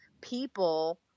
people